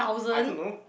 I don't know